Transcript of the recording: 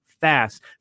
fast